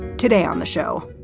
today on the show,